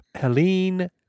Helene